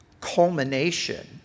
culmination